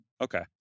Okay